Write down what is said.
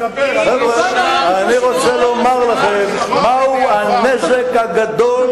אני רוצה לומר לכם מה הוא הנזק הגדול